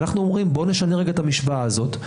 אנחנו אומרים בוא נשנה את המשוואה הזאת.